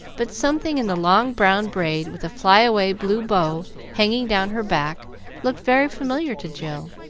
but something in the long brown braid with a fly-away blue bow hanging down her back looked very familiar to jill.